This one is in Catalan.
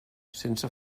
sense